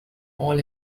all